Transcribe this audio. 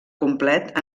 complet